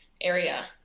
area